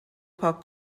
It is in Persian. پاک